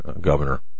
governor